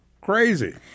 crazy